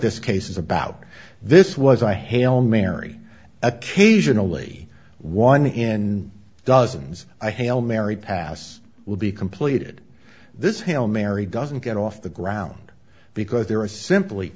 this case is about this was a hail mary occasionally one in dozens i hail mary pass will be completed this hail mary doesn't get off the ground because there are simply